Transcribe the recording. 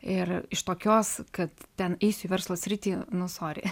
ir iš tokios kad ten eisiu į verslo sritį nu sory